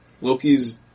Loki's